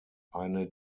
eine